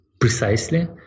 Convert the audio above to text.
precisely